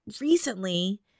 Recently